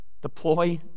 deploy